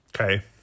Okay